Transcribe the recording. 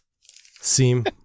seem